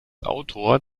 autor